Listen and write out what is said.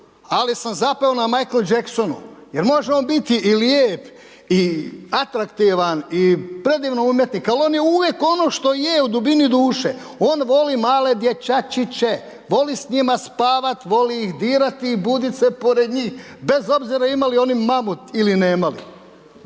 ali sam zapeo na Michael Jacksonu jer može on biti i lijep i atraktivan i predivan umjetnik ali on je uvijek ono što je u dubini duše, on voli male dječačiće, voli s njima spavati, voli ih dirati i buditi se pored njih bez obzira imali oni mamu ili nemali.